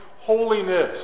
holiness